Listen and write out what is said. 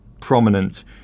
prominent